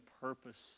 purpose